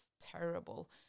terrible